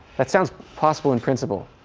that sounds possible in principle,